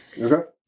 Okay